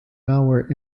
malware